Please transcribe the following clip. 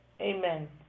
amen